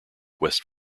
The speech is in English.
west